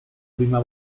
prima